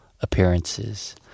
appearances